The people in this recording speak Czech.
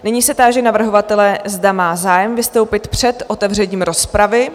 Nyní se táži navrhovatele, zda má zájem vystoupit před otevřením rozpravy.